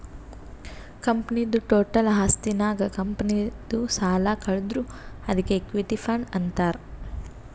ಕಂಪನಿದು ಟೋಟಲ್ ಆಸ್ತಿ ನಾಗ್ ಕಂಪನಿದು ಸಾಲ ಕಳದುರ್ ಅದ್ಕೆ ಇಕ್ವಿಟಿ ಫಂಡ್ ಅಂತಾರ್